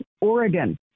Oregon